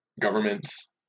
governments